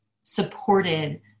supported